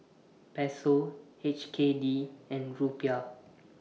Peso H K D and Rupiah